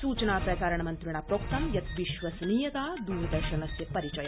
सूचनाप्रसारणमन्त्रिणा प्रोक्तं यत् विश्वसनीयता द्रदर्शनस्य परिचय